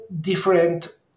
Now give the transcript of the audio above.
different